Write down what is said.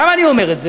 למה אני אומר את זה?